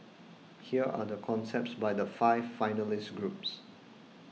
here are the concepts by the five finalist groups